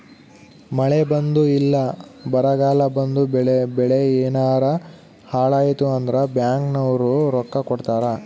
ಮಳೆ ಬಂದು ಇಲ್ಲ ಬರಗಾಲ ಬಂದು ಬೆಳೆ ಯೆನಾರ ಹಾಳಾಯ್ತು ಅಂದ್ರ ಬ್ಯಾಂಕ್ ನವ್ರು ರೊಕ್ಕ ಕೊಡ್ತಾರ